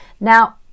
Now